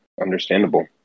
understandable